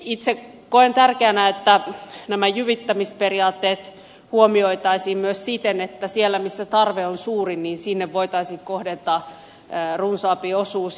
itse koen tärkeänä että nämä jyvittämisperiaatteet huomioitaisiin myös siten että sinne missä tarve on suurin voitaisiin kohdentaa runsaampi osuus